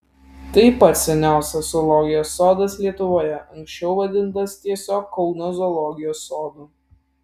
tai pats seniausias zoologijos sodas lietuvoje anksčiau vadintas tiesiog kauno zoologijos sodu